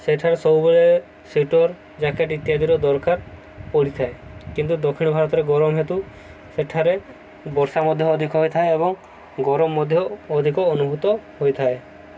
ସେଠାରେ ସବୁବେଳେ sweater jacket ଇତ୍ୟାଦିର ଦରକାର ପଡ଼ିଥାଏ କିନ୍ତୁ ଦକ୍ଷିଣ ଭାରତରେ ଗରମ ହେତୁ ସେଠାରେ ବର୍ଷା ମଧ୍ୟ ଅଧିକ ହୋଇଥାଏ ଏବଂ ଗରମ ମଧ୍ୟ ଅଧିକ ଅନୁଭୂତ ହୋଇଥାଏ